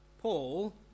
Paul